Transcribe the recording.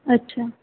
अच्छा